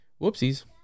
Whoopsies